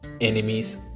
enemies